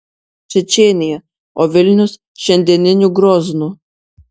čečėnija o vilnius šiandieniniu groznu